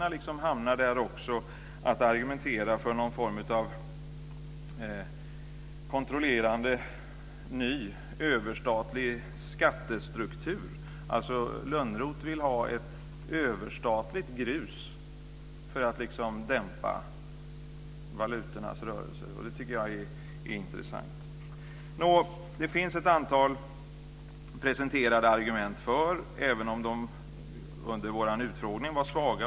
Jag kan förstå att Johan Lönnroth hamnar där, men att socialdemokraterna hamnar där också tycker jag är anmärkningsvärt. Lönnroth vill alltså ha ett överstatligt grus för att dämpa valutornas rörelser, och det tycker jag är intressant. Det finns ett antal presenterade argument för, även om de under vår utfrågning var svaga.